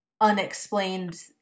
unexplained